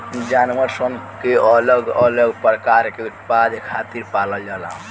जानवर सन के अलग अलग प्रकार के उत्पाद खातिर पालल जाला